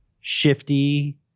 shifty